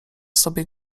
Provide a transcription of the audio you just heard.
sobie